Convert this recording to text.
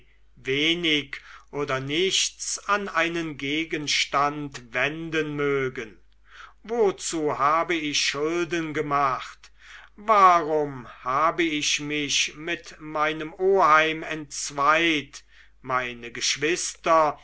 wenig oder nichts an einen gegenstand wenden mögen wozu habe ich schulden gemacht warum habe ich mich mit meinem oheim entzweit meine geschwister